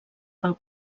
pel